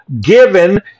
given